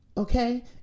Okay